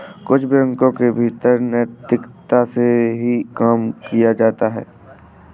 कुछ बैंकों के भीतर नैतिकता से ही काम किया जाता है